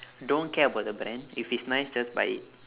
don't care about the brand if it's nice just buy it